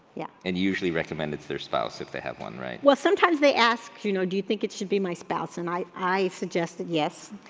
yeah. and you usually recommend it's their spouse if they have one, right? well, sometimes they ask, you know, do you think it should be my spouse? and i i suggested yes,